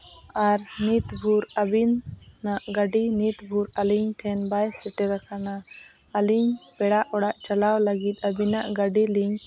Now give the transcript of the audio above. ᱟᱨ ᱱᱤᱛ ᱵᱷᱳᱨ ᱟᱹᱵᱤᱱᱟᱜ ᱜᱟᱹᱰᱤ ᱱᱤᱛ ᱵᱷᱳᱨ ᱟᱹᱞᱤᱧ ᱴᱷᱮᱱ ᱵᱟᱭ ᱥᱮᱴᱮᱨᱟᱠᱟᱱᱟ ᱟᱹᱞᱤᱧ ᱯᱮᱲᱟ ᱚᱲᱟᱜ ᱪᱟᱞᱟᱣ ᱞᱟᱹᱜᱤᱫ ᱟᱹᱵᱤᱱᱟᱜ ᱜᱟᱹᱰᱤ ᱞᱤᱧ